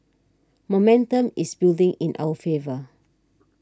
momentum is building in our favour